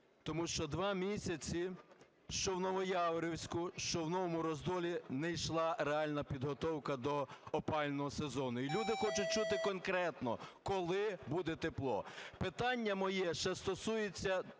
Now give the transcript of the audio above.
тому що два місяці, що в Новояворівську, що в Новому Роздолі не йшла реальна підготовка до опалювального сезону. І люди хочуть чути конкретно: коли буде тепло? Питання моє ще стосується